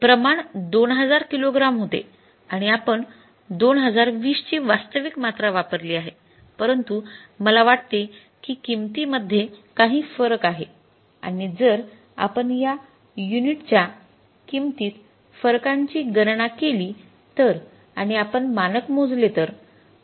जरी प्रमाण २००० किलोग्राम होते आणि आपण २०२० ची वास्तविक मात्रा वापरली आहे परंतु मला वाटते की किंमतीमध्ये काही फरक आहे आणि जर आपण या युनिटच्या किंमतीत फरकांची गणना केली तर आणि आपण मानक मोजले तर